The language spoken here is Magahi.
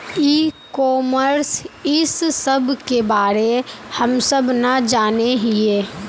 ई कॉमर्स इस सब के बारे हम सब ना जाने हीये?